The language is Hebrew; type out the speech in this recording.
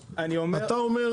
אני לא מבין את מה שאתה אומר.